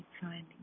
finding